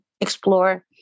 explore